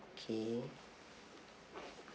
okay